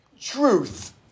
Truth